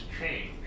change